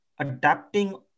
adapting